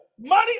money